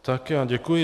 Tak děkuji.